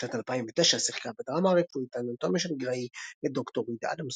בשנת 2009 שיחקה בדרמה הרפואית "אנטומיה של גריי" את ד"ר ריד אדמסון.